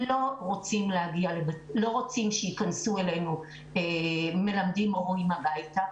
לא רוצים שייכנסו אלינו מלמדים או מורים הביתה,